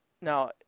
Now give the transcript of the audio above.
Now